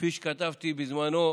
כפי שכתבתי בזמנו: